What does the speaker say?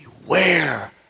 Beware